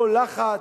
ומכל לחץ.